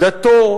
דתו,